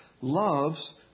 loves